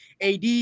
AD